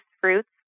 fruits